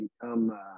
become